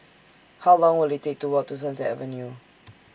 How Long Will IT Take to Walk to Sunset Avenue